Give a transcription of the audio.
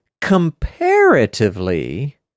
comparatively